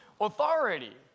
authority